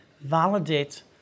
validate